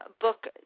book